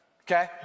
okay